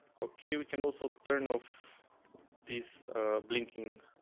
ok we can also turn off this blinking